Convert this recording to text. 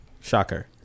shocker